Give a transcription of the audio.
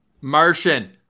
Martian